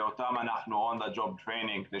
ולהם אנחנו עושים on the job training כדי